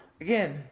again